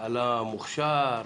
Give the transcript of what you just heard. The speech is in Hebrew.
על המוכש"ר